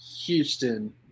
Houston